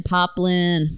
Poplin